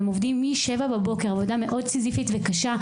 הם עובדים מ- 7:00 עבודה מאוד סיזיפית וקשה.